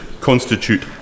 constitute